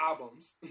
albums